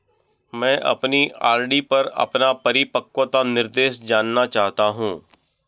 मैं अपने आर.डी पर अपना परिपक्वता निर्देश जानना चाहता हूं